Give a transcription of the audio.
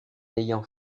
ayant